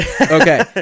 Okay